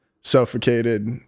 suffocated